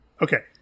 Okay